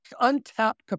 untapped